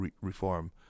reform